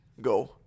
go